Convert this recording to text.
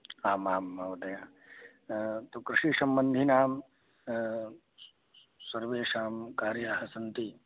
आम् आं महोदय तु कृषिसम्बन्धिनां सर्वेषां कार्याणि सन्ति